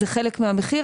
זה חלק מהמחיר.